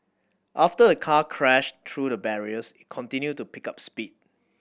after a car crashed through the barriers it continued to pick up speed